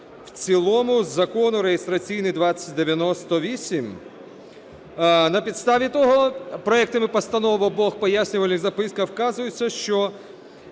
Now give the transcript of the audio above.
в цілому закону (реєстраційний номер 2098). На підставі того проектами постанов обох у пояснювальних записках вказується, що